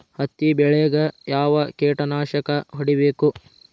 ಹತ್ತಿ ಬೆಳೇಗ್ ಯಾವ್ ಕೇಟನಾಶಕ ಹೋಡಿಬೇಕು?